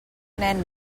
nen